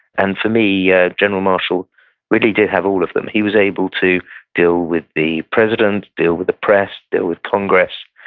and for me ah general marshall really did have all of them. he was able to deal with the president, deal with the press, deal with congress,